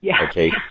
Okay